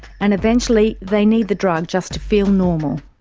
and eventually they need the drug just to feel normal.